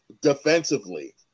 defensively